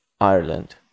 Ireland